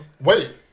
wait